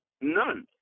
None